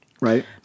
right